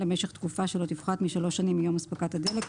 למשך תקופה שלא תפחת משלוש שנים מיום אספקת הדלק,